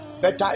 Better